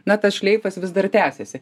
na tas šleifas vis dar tęsiasi